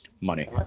Money